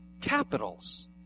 Capitals